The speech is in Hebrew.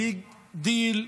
ביג דיל.